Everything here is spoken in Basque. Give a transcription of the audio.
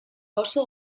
oso